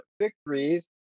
victories